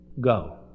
go